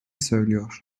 söylüyor